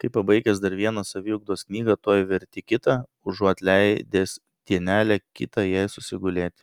kai pabaigęs dar vieną saviugdos knygą tuoj verti kitą užuot leidęs dienelę kitą jai susigulėti